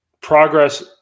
progress